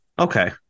Okay